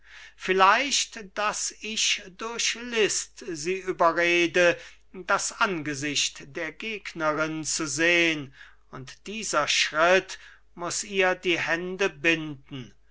vielleicht daß ich durch list sie überrede das angesicht der gegnerin zu sehn und dieser schritt muß ihr die hände binden